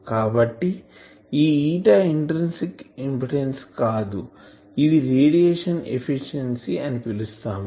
కాబట్టి ఈ eta intrinsic impedance కాదు ఇది రేడియేషన్ ఎఫిషియెన్సీ అని పిలుస్తాము